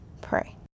pray